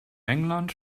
england